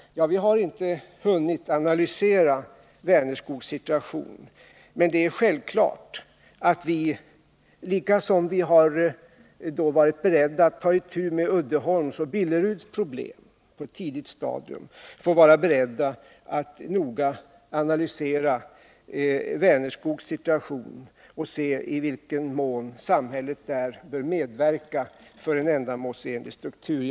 Ja, vi har inte hunnit analysera Vänerskogs situation, men det är självklart att vi, liksom vi varit beredda att ta itu med Uddeholms och Billeruds problem på ett tidigt stadium, får vara beredda att noga analysera Vänerskogs situation och se i vilken mån samhället där bör medverka till en ändamålsenlig struktur.